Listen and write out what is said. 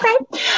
Okay